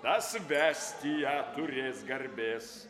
tas vesti ją turės garbės